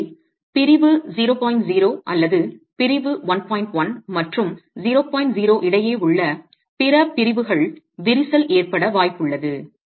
எனவே பிரிவு 0 0 அல்லது பிரிவு 1 1 மற்றும் 0 0 இடையே உள்ள பிற பிரிவுகள் விரிசல் ஏற்பட வாய்ப்புள்ளது